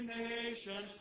nation